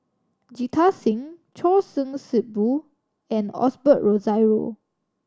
Jita Singh Choor Singh Sidhu and Osbert Rozario